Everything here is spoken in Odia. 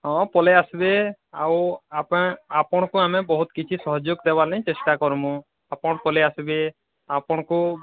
ହଁ ପଲେଇ ଆସିବେ ଆଉ ଆପେ ଆପଣଙ୍କୁ ଆମେ ବହୁତ କିଛି ସହଯୋଗ ଦେବାର କେଁ ଚେଷ୍ଟା କରମୁ ଆପଣ ପଲେଇ ଆସିବେ ଆପଣଙ୍କୁ